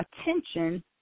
attention